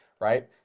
right